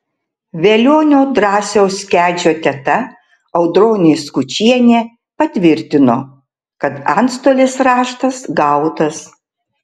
velionio drąsiaus kedžio teta audronė skučienė patvirtino kad antstolės raštas gautas